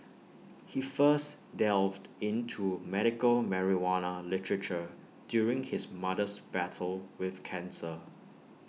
he first delved into medical marijuana literature during his mother's battle with cancer